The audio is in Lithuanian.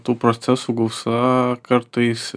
tų procesų gausa kartais